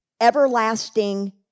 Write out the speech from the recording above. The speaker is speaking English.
everlasting